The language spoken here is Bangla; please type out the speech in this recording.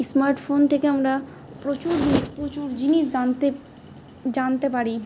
স্মার্টফোন থেকে আমরা প্রচুর জিনিস প্রচুর জিনিস জানতে জানতে পারি